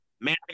man